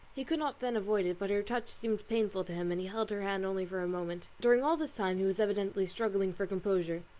he could not then avoid it, but her touch seemed painful to him, and he held her hand only for a moment. during all this time he was evidently struggling for composure.